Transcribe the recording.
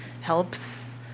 helps